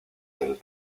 del